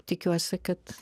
tikiuosi kad